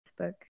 facebook